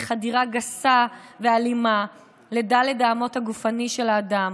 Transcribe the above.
היא חדירה גסה ואלימה לד' האמות הגופני של האדם,